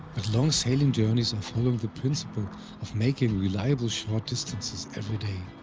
but long sailing journeys are following the principle of making reliable short distances every day,